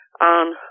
on